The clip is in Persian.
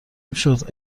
میشد